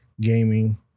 gaming